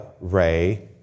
Ray